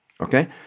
okay